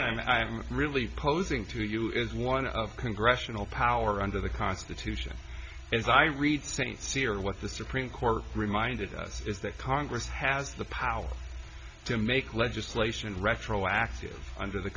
question i'm really posing to you is one of congressional power under the constitution as i read st cyr what the supreme court reminded us is that congress has the power to make legislation retroactive under the